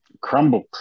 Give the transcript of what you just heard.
crumbled